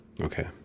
Okay